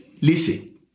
Listen